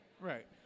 Right